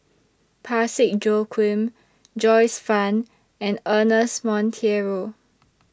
Parsick Joaquim Joyce fan and Ernest Monteiro